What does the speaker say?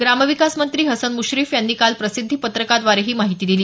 ग्रामविकास मंत्री हसन मुश्रीफ यांनी काल प्रसिद्धी पत्रकाद्वारे ही माहिती दिली